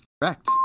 Correct